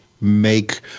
make